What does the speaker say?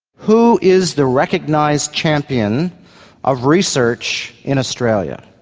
who is the recognised champion of research in australia?